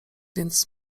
więc